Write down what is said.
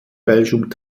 fälschung